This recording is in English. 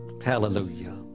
hallelujah